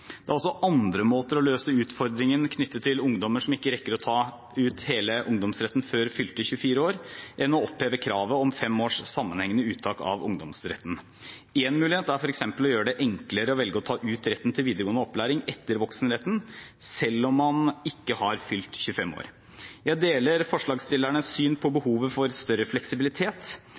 Det er også andre måter å løse utfordringen knyttet til ungdommer som ikke rekker å ta ut hele ungdomsretten før fylte 24 år, enn å oppheve kravet om 5 års sammenhengende uttak av ungdomsretten. Én mulighet er f.eks. å gjøre det enklere å velge å ta ut retten til videregående opplæring etter voksenretten selv om man ikke har fylt 25 år. Jeg deler forslagsstillernes syn på